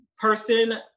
Person